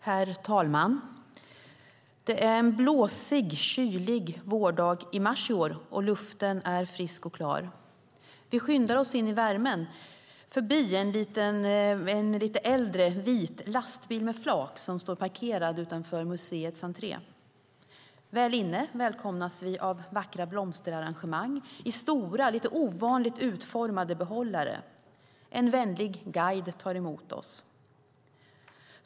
Herr talman! Det är en blåsig, kylig vårdag i mars i år, och luften är frisk och klar. Vi skyndar oss in i värmen, förbi en lite äldre vit lastbil med flak som står parkerad utanför museets entré. Väl inne välkomnas vi av vackra blomsterarrangemang i stora, lite ovanligt utformade behållare. En vänlig guide tar emot oss.